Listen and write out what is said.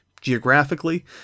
geographically